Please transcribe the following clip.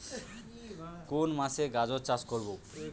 কোন মাসে গাজর চাষ করব?